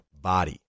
body